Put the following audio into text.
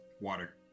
water